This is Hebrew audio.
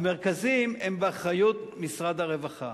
המרכזים הם באחריות משרד הרווחה,